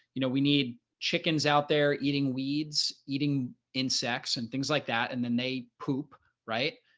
you know, we need chickens out there eating weeds, eating insects and things like that, and then they poop. right?